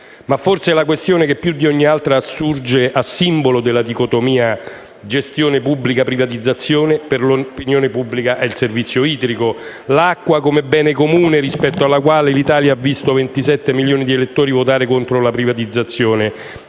Ma forse la questione che più di ogni altra assurge a simbolo della dicotomia tra gestione pubblica e privatizzazione, per l'opinione pubblica, è rappresentata dal servizio idrico, dall'acqua come bene comune, rispetto alla quale l'Italia ha visto 27 milioni di elettori votare contro la privatizzazione.